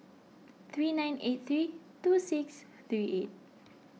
three nine eight three two six three eight